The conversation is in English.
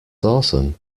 awesome